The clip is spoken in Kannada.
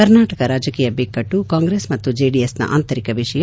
ಕರ್ನಾಟಕದ ರಾಜಕೀಯ ಬಿಕ್ಕಟ್ಟು ಕಾಂಗ್ರೆಸ್ ಮತ್ತು ಜೆಡಿಎಸ್ನ ಆಂತರಿಕ ವಿಷಯ